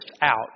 out